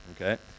Okay